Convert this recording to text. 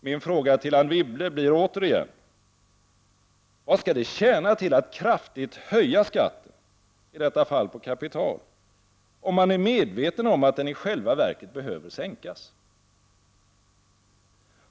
Min fråga till Anne Wibble blir återigen: Vad skall det tjäna till att kraftigt höja skatten, i detta fall på kapital, om man är medveten om att den i själva verket behöver sänkas?